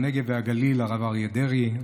הנגב והגליל הרב אריה דרעי,